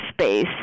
space